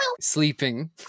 sleeping